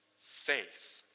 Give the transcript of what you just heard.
faith